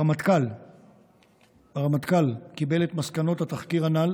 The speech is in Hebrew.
הרמטכ"ל קיבל את מסקנות התחקיר הנ"ל,